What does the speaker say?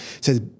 Says